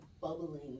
bubbling